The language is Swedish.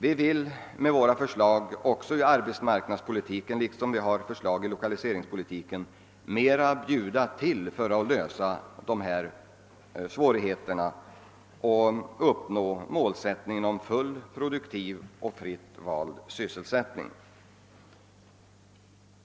Vi vill med våra förslag i de arbetsmarknadspolitiska frågorna — liksom vi gör i lokaliseringspolitiken — bjuda till mera för att lösa svårigheterna och uppnå målsättningen om full, produktiv och fritt vald sysselsättning.